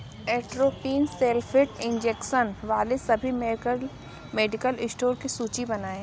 atropine sulphate injection वाले सभी मेकल मेडिकल इश्टोर की सूची बनाएँ